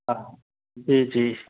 हा जी जी